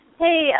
Hey